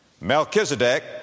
Melchizedek